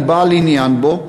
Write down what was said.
אני בעל עניין בו.